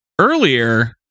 earlier